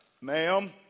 ma'am